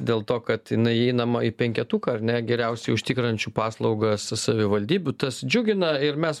dėl to kad jinai einama į penketuką ar ne geriausiai užtikrinančių paslaugas savivaldybių tas džiugina ir mes